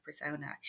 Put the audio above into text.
persona